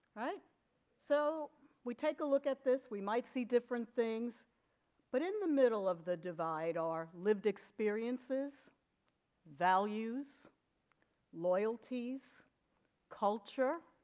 right so we take a look at this we might see different things but in the middle of the divide our lived experiences values loyalties culture